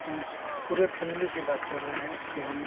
हम पूरे फेमिली की बात कर रहे हैं कि हम